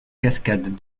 cascades